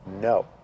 No